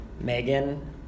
Megan